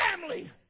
family